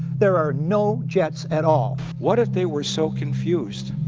there are no jets at all. what if they were so confused,